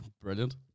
Brilliant